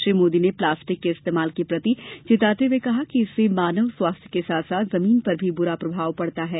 श्री मोदी ने प्लास्टिक के इस्तेमाल के प्रति चेताते हुए कहा कि इससे मानव स्वास्थ्य के साथ साथ जमीन पर भी बुरा प्रभाव पड़ता है